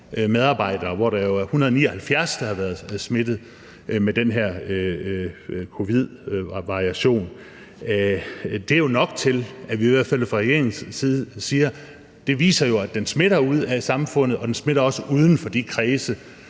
medarbejdere, hvor der jo er 179, der har været smittet med den her covidvariation. Det er jo nok til, at vi i hvert fald fra regeringens side siger: Det viser, at den smitter ud i samfundet, og den smitter også uden for de kredse,